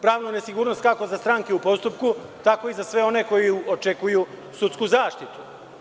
Pravnu nesigurnost kako za stranke u postupku, tako i za sve one koji očekuju sudsku zaštitu.